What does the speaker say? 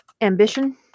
Ambition